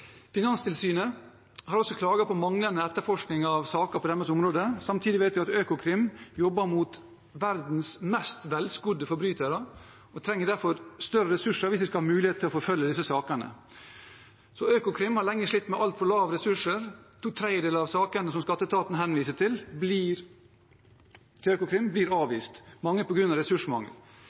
Finanstilsynet har klaget på manglende etterforskning av saker på deres område. Samtidig vet vi at Økokrim jobber mot verdens mest velskodde forbrytere og derfor trenger større ressurser hvis de skal ha mulighet til å forfølge disse sakene. Økokrim har lenge slitt med altfor små ressurser. To tredjedeler av sakene som skatteetaten henviser til Økokrim, blir avvist, mange på grunn av ressursmangel.